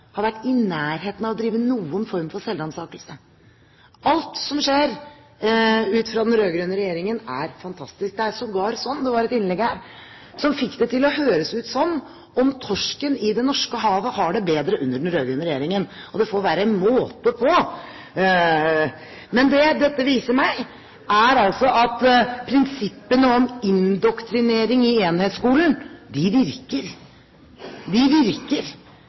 har vært i nærheten av å drive noen form for selvransakelse. Alt som skjer ut fra den rød-grønne regjeringen, er fantastisk. Det var sågar et innlegg her som fikk det til å høres ut som om torsken i det norske havet har det bedre under den rød-grønne regjeringen. Det får være måte på! Men det dette viser meg, er altså at prinsippene om indoktrinering i enhetsskolen virker. De virker,